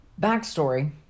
Backstory